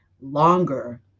longer